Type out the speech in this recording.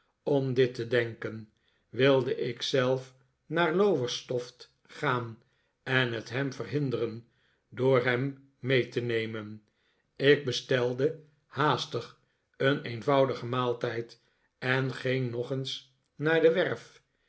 om dit te denken wilde ik zelf naar lowestoft gaan en het hem verhinderen door hem mee te nemen ik bestelde haastig een eenvoudigen maaltijd en ging nog eens naar de werf